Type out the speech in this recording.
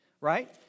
right